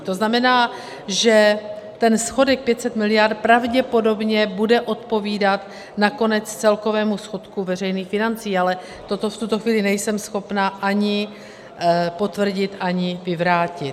To znamená, že ten schodek 500 miliard pravděpodobně bude odpovídat nakonec celkovému schodku veřejných financí, ale toto v tuto chvíli nejsem schopna ani potvrdit, ani vyvrátit.